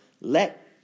let